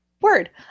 word